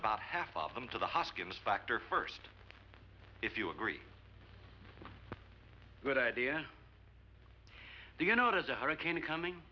about half of them to the hoskins factor first if you agree good idea do you notice a hurricane coming